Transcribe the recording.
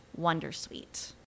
Wondersuite